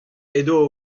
edo